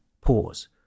pause